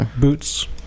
Boots